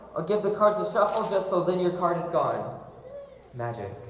i'll give the cards a shuffle set. so then your card is gone magic